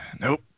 nope